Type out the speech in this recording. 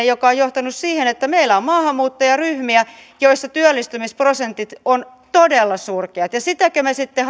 joka on johtanut siihen että meillä on maahanmuuttajaryhmiä joissa työllistymisprosentit ovat todella surkeat sitäkö me sitten